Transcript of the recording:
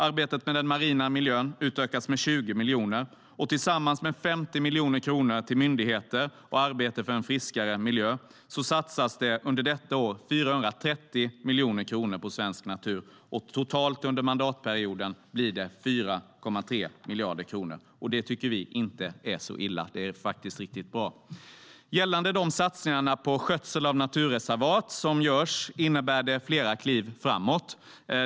Arbetet med den marina miljön utökas med 20 miljoner. Tillsammans med 50 miljoner kronor till myndigheter och arbete för en friskare miljö satsas det under detta år 430 miljoner kronor på svensk natur. Totalt under mandatperioden blir det 4,3 miljarder kronor. Det tycker vi inte är så illa. Det är faktiskt riktigt bra. Gällande de satsningar på skötsel av naturreservat som görs innebär de flera kliv framåt.